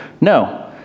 no